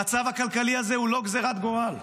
המצב הכלכלי הזה הוא לא גזרת גורל.